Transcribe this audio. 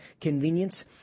convenience